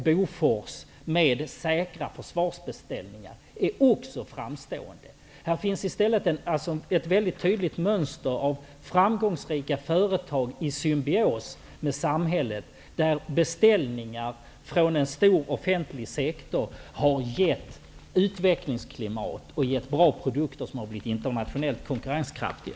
Bofors, med säkra försvarsbeställningar, är också framstående. Här finns ett tydligt mönster av framgångsrika företag i symbios med samhället. Beställningar från en stor offentlig sektor har gett utvecklingsklimat och bra produkter som har blivit internationellt konkurrenskraftiga.